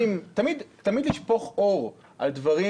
תמיד עוזר לשפוך אור על דברים.